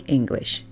English